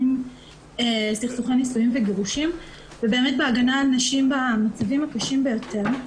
סכסוכי נישואין וגירושים ובאמת בהגנה על נשים במצבים הקשים ביותר.